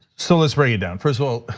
so let's break it down. first of all,